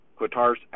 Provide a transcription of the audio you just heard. Qatar's